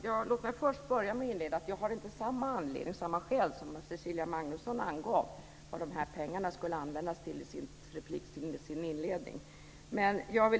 Fru talman! Låt mig inleda med att säga att jag inte har samma skäl som Cecilia Magnusson angav i sin inledning när det gäller vad de här pengarna ska användas till. Men det här